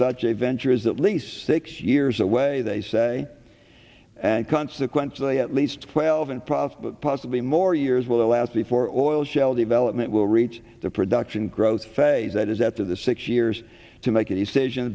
such a venture is that least six years away they say and consequently at least twelve and possibly possibly more years will last before all shell development will reach the production growth phase that is after the six years to make a decision